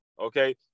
Okay